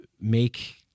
make